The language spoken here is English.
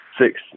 six